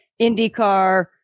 indycar